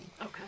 Okay